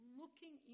looking